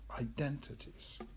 identities